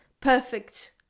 perfect